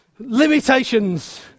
Limitations